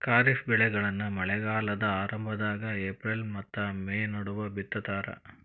ಖಾರಿಫ್ ಬೆಳೆಗಳನ್ನ ಮಳೆಗಾಲದ ಆರಂಭದಾಗ ಏಪ್ರಿಲ್ ಮತ್ತ ಮೇ ನಡುವ ಬಿತ್ತತಾರ